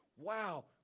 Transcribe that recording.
Wow